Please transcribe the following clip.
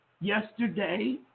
Yesterday